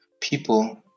people